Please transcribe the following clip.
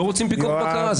לא רוצים פיקוח ובקרה.